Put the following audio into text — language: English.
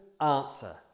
answer